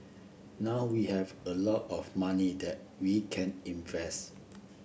now we have a lot of money that we can invest